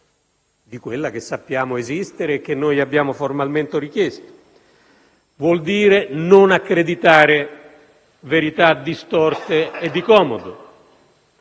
quella che sappiamo esistere e che abbiamo formalmente richiesto; vuol dire non accreditare verità distorte o di comodo;